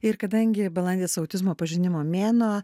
ir kadangi balandis autizmo pažinimo mėnuo